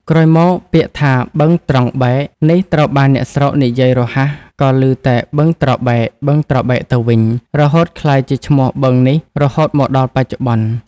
ក្រោយមក ពាក្យថា "បឹងត្រង់បែក" នេះត្រូវបានអ្នកស្រុកនិយាយរហ័ស ក៏ឮតែ "បឹងត្របែក"ៗ ទៅវិញ រហូតក្លាយជាឈ្មោះបឹងនេះរហូតមកដល់បច្ចុប្បន្ន។